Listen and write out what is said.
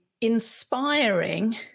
inspiring